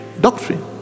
doctrine